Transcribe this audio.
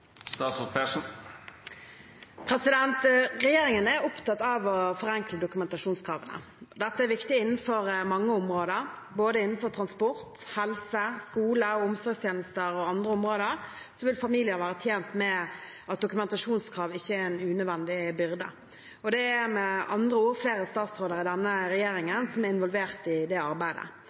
Regjeringen er opptatt av å forenkle dokumentasjonskravene. Dette er viktig innenfor mange områder. Både innenfor transport, helse, skole og omsorgstjenester og andre områder vil familier være tjent med at dokumentasjonskrav ikke er en unødvendig byrde. Det er med andre ord flere statsråder i denne regjeringen som er involvert i det arbeidet.